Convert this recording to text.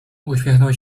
uśmiechnął